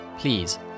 please